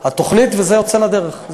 התוכנית, וזה יוצא לדרך.